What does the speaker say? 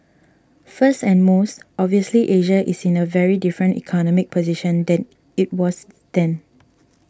first and most obviously Asia is in a very different economic position than it was then